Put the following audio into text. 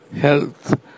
health